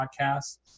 podcast